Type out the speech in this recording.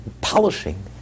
polishing